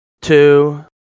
two